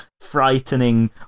frightening